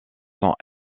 sont